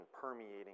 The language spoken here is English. permeating